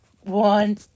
one